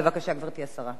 בבקשה, גברתי השרה.